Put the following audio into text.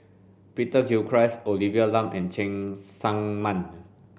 Peter Gilchrist Olivia Lum and Cheng Tsang Man